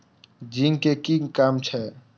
Zinc के कि काम छै?